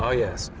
ah yes.